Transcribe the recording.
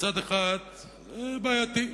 מצד אחד זה בעייתי,